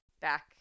back